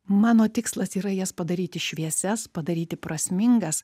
mano tikslas yra jas padaryti šviesias padaryti prasmingas